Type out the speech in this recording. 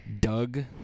Doug